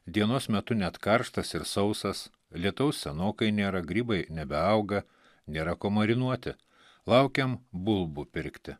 dienos metu net karštas ir sausas lietaus senokai nėra grybai nebeauga nėra ko marinuoti laukiam bulbų pirkti